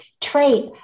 trait